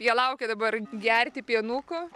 jie laukia dabar gerti pienuko